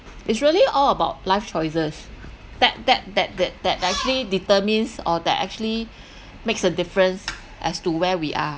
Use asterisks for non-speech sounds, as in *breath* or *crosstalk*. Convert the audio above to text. it's really all about life choices that that that that that actually determines or that actually *breath* makes a difference as to where we are